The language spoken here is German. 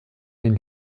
den